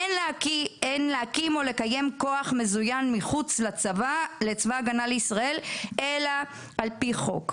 אין להקים או לקיים כוח מזוין מחוץ לצבא הגנה לישראל אלא על פי חוק.